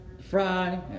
fry